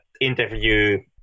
interview